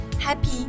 happy